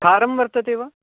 खारं वर्तते वा